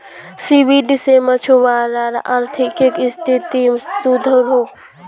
seaweed से मछुवारार अआर्थिक स्तिथि सुधरोह